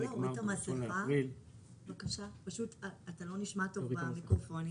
בקשה ממוצעת של אמצע ריבעון וכמות מבקשים,